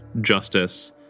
justice